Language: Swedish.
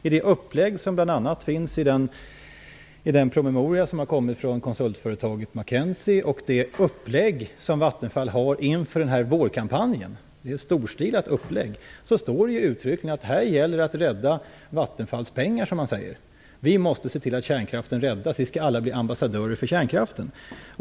I det upplägg som bl.a. finns i den promemoria som har kommit från ett konsultföretag och det upplägg som Vattenfall har inför den här vårkampanjen - och det är ett storstilat upplägg - står det uttryckligen att det gäller att rädda Vattenfalls pengar: Vi måste se till att kärnkraften räddas, vi skall alla bli ambassadörer för kärnkraften.